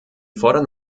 fordern